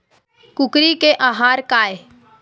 कुकरी के आहार काय?